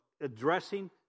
addressing